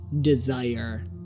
desire